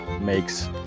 makes